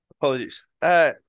Apologies